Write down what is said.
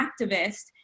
activist